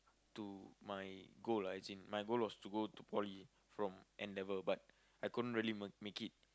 to my goal lah as in my goal was to go to Poly from N-level but I couldn't really m~ make it